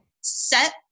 set